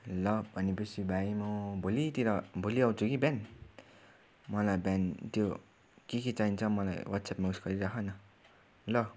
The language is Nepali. ल भनेपछि भाइ म भोलितिर भोलि आउँछु कि बिहान मलाई बिहान त्यो के के चाहिन्छ मलाई वाट्सएपमा उयस गरिराख न ल